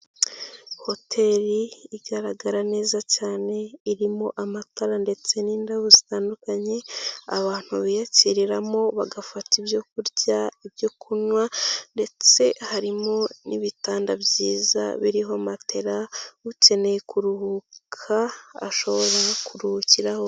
Hoteri igaragara neza cyane irimo amatara ndetse n'indabo zitandukanye abantu biyakiriramo bagafata ibyo kurya, ibyo kunywa ndetse harimo n'ibitanda byiza biriho matera ukeneye kuruhuka ashobora kuruhukiraho.